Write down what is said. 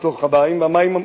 לתוך המים,